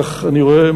כך אני רואה,